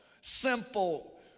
simple